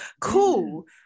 cool